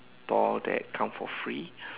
store that come for free